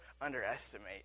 underestimate